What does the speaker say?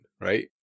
right